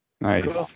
Nice